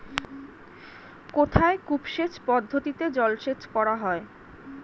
কোথায় কূপ সেচ পদ্ধতিতে জলসেচ করা হয়?